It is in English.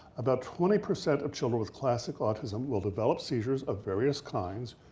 about twenty percent of children with classic autism will develop seizures of various kinds,